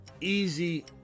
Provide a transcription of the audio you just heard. Easy